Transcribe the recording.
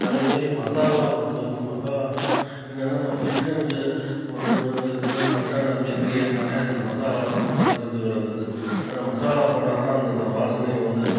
அதே மாதிரி மசாலா பொறுத்தவரைக்கும் மசாலான்னா என்னென்னா நம்ப சிக்கனுக்கு ஒரு இது மாதிரி மட்டனு அது மாதிரி செய்யணும்னாலே அதுக்கு மசாலா தான் வந்து சிறந்து விளங்குது அந்த மசாலா போட்டால் தான் அந்தந்த வாசனையும் வந்து